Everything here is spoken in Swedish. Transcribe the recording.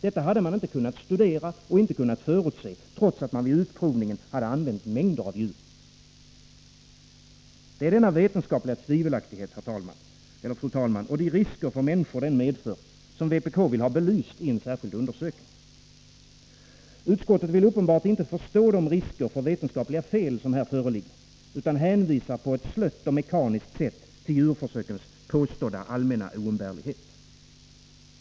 Detta hade man inte kunnat studera eller förutse, trots att man vid utprovningen hade använt mängder av djur. Fru talman! Det är denna vetenskapliga tvivelaktighet och de risker för människor den medför som vpk vill ha belyst i en särskild undersökning. Utskottet vill uppenbarligen inte förstå de risker för vetenskapliga fel som här föreligger, utan hänvisar på ett slött och mekaniskt sätt till djurförsökens påstådda oumbärlighet.